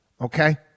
Okay